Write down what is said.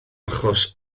achos